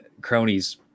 cronies